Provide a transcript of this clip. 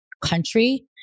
country